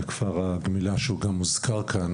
שהוזכר שם,